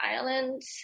islands